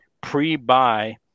pre-buy